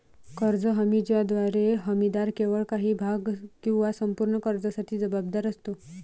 कर्ज हमी ज्याद्वारे हमीदार केवळ काही भाग किंवा संपूर्ण कर्जासाठी जबाबदार असतो